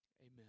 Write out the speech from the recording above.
Amen